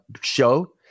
show